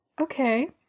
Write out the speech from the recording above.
Okay